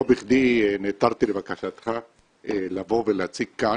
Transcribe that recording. לא בכדי נעתרתי לבקשתך לבוא ולהציג כאן,